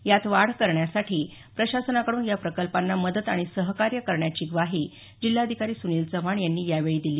यात वाढ करण्यासाठी प्रशासनाकडून या प्रकल्पांना मदत आणि सहकार्य करण्याची ग्वाही जिल्हाधिकारी सुनील चव्हाण यांनी यावेळी दिली